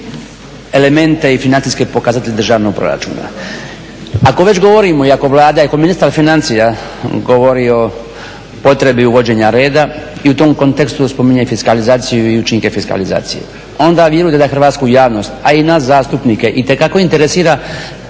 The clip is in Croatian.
elemente i financijske pokazatelje državnog proračuna. Ako već govorimo i ako Vlada, i ako ministar financija govori o potrebi uvođenja reda i u tom kontekstu spominje i fiskalizaciju i učinke fiskalizacije. Onda vi …/Govornik se ne razumije./… javnost, a i nas zastupnike itekako interesira